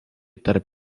tarp